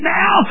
now